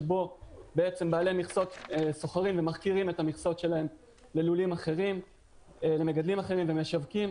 שבו בעלי מכסות סוחרים ומחכירים את המכסות שלהם למגדלים אחרים ומשווקים.